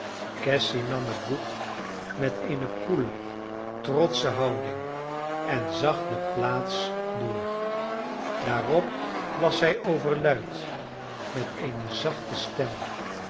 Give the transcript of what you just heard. cassy nam het boek met eene koele trotsche houding en zag de plaats door daarop las zij overluid met eene zachte stem